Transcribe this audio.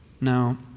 Now